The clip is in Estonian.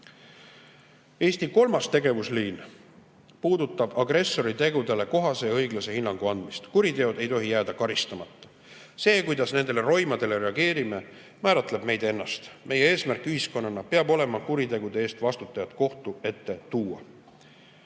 tänu. Eesti kolmas tegevusliin puudutab agressori tegudele kohase ja õiglase hinnangu andmist. Kuriteod ei tohi jääda karistamata. See, kuidas nendele roimadele reageerime, määratleb meid ennast. Meie eesmärk ühiskonnana peab olema kuritegude eest vastutajad kohtu ette